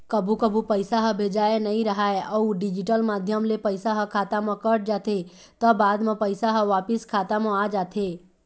कभू कभू पइसा ह भेजाए नइ राहय अउ डिजिटल माध्यम ले पइसा ह खाता म कट जाथे त बाद म पइसा ह वापिस खाता म आ जाथे